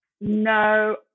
No